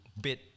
bid